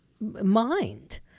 mind